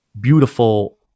beautiful